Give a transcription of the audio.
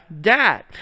dad